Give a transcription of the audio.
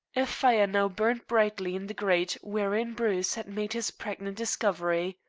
a fire now burned brightly in the grate wherein bruce had made his pregnant discovery.